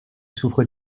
souffre